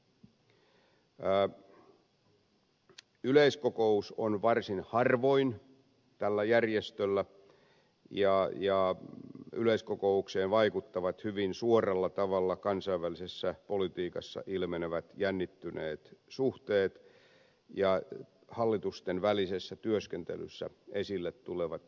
tämän järjetön yleiskokous kokoontuu varsin harvoin ja yleiskokoukseen vaikuttavat hyvin suoralla tavalla kansainvälisessä politiikassa ilmenevät jännittyneet suhteet ja hallitustenvälisessä työskentelyssä esille tulevat ongelmat